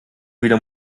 wieder